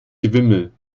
gewimmel